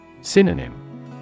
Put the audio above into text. Synonym